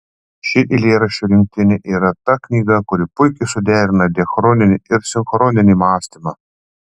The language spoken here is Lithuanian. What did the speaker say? ši eilėraščių rinktinė yra ta knyga kuri puikiai suderina diachroninį ir sinchroninį mąstymą